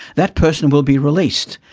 that person will be released.